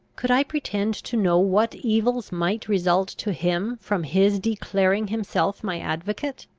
could i pretend to know what evils might result to him from his declaring himself my advocate?